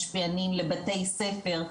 משפיענים לבתי ספר,